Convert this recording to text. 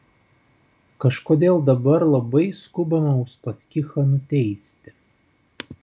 kažkodėl dabar labai skubama uspaskichą nuteisti